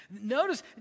Notice